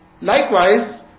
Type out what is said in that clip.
Likewise